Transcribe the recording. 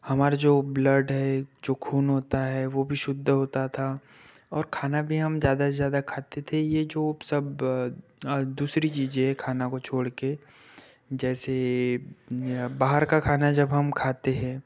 हमारा जो ब्लड है जो खून होता है वो भी शुद्ध होता था और खाना भी हम ज्यादा से ज्यादा खाते थे ये जो सब दूसरी चीजें हैं खाना को छोड़ कर जैसे बाहर का खाना जब हम खाते हैं